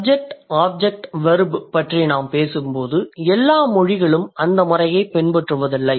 subject S object O verb V பற்றி நாம் பேசும்போது எல்லா மொழிகளும் அந்த முறையைப் பின்பற்றுவதில்லை